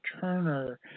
Turner